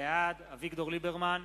בעד אביגדור ליברמן,